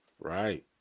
Right